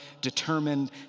determined